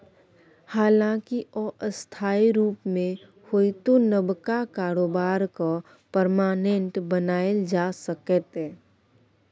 हालांकि अस्थायी रुप मे होइतो नबका कारोबार केँ परमानेंट बनाएल जा सकैए